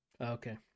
Okay